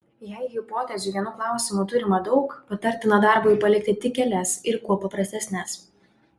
jei hipotezių vienu klausimu turima daug patartina darbui palikti tik kelias ir kuo paprastesnes